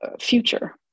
future